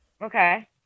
Okay